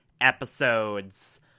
episodes